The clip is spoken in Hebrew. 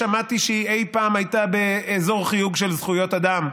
שמעתי שהיא אי פעם הייתה באזור חיוג של זכויות אדם,